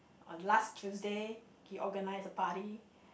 on last Tuesday he organised a party